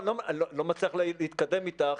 אני לא מצליח להתקדם איתך,